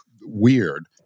weird